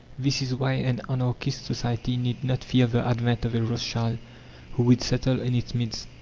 this is why an anarchist society need not fear the advent of a rothschild who would settle in its midst.